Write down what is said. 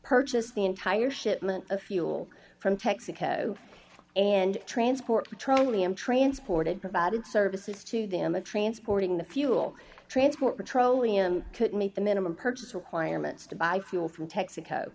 purchased the entire shipment of fuel from texaco and transport petroleum transported provided services to them of transporting the fuel transport petroleum could meet the minimum purchase requirements to buy fuel from texaco